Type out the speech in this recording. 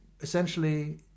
essentially